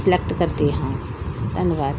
select ਕਰਦੇ ਹਾਂ ਧੰਨਵਾਦ ਸ਼ੁਕਰੀਆ